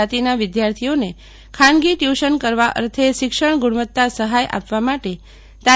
જાતિના વિદ્યાર્થીઓને ખાનગી ટયુશન કરવા અર્થે શિક્ષણ ગુણવત્તા સહાય આપવા માટે તા